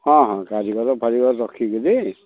ହଁ ହଁ କାରିଗର ଫାରିଗର ରଖିକି ବି